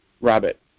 rabbit